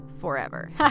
forever